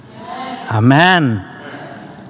Amen